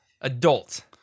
adult